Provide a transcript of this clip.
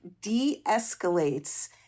de-escalates